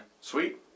Sweet